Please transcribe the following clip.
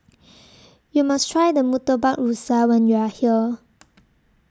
YOU must Try The Murtabak Rusa when YOU Are here